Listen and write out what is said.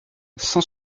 cent